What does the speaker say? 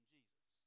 Jesus